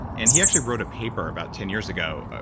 and he actually wrote a paper about ten years ago, ah